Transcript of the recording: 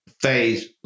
phase